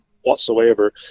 whatsoever